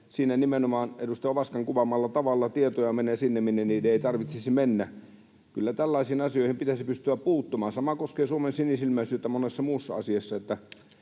Siinä nimenomaan edustaja Ovaskan kuvaamalla tavalla tietoja menee sinne, minne niiden ei tarvitsisi mennä. Kyllä tällaisiin asioihin pitäisi pystyä puuttumaan. Sama koskee Suomen sinisilmäisyyttä monessa muussa asiassa.